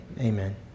amen